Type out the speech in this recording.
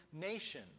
nation